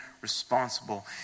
responsible